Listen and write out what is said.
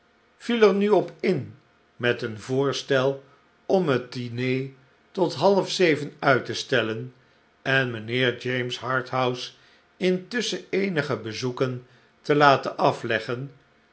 viel er nu op in met een voorstel om het diner tot halfzeven uit te stellen en mijnheer james harthouse intusschen eenige bezoeken te laten afleggen